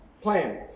plan